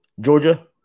Georgia